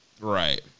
Right